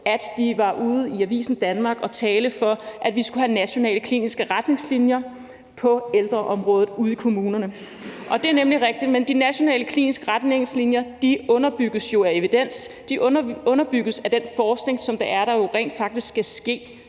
at de var ude i Avisen Danmark og tale for, at vi skulle have nationale kliniske retningslinjer på ældreområdet ude i kommunerne. Og det er nemlig rigtigt, men de nationale kliniske retningslinjer underbygges jo af evidens og underbygges af den forskning, som der rent faktisk skal ske